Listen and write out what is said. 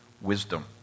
wisdom